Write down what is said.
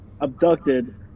abducted